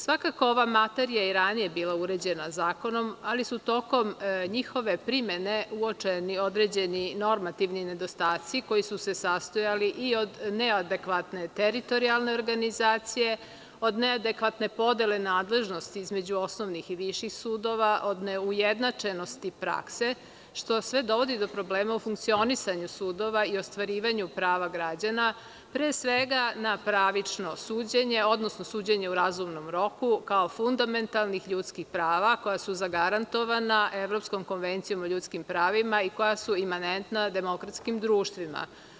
Svakako, ova materija je i ranije bila uređena zakonom, ali su tokom njihove primene uočeni određeni normativni nedostaci, koji su se sastojali i od neadekvatne teritorijalne organizacije, od neadekvatne podele nadležnosti između osnovnih i viših sudova, od neujednačenosti prakse, što sve dovodi do problema u funkcionisanju sudova i ostvarivanju prava građana, pre svega na pravično suđenje, odnosno suđenje u razumnom roku, kao fundamentalnih ljudskih prava, koja su zagarantovana Evropskom konvencijom o ljudskim pravima i koja su imanentna demokratskim društvima.